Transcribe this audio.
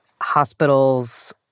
hospitals